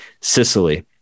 Sicily